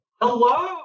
Hello